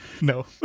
No